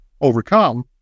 overcome